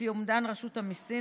לפי אומדן רשות המיסים,